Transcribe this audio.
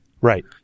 Right